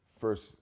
First